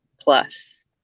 plus